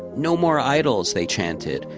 no more idols! they chanted.